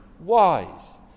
wise